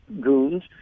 goons